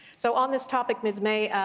so, on this topic, ms. may,